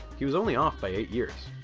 he was only off by eight years.